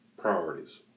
priorities